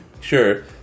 sure